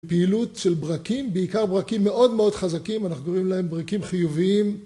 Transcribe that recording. פעילות של ברקים, בעיקר ברקים מאוד מאוד חזקים, אנחנו קוראים להם ברקים חיוביים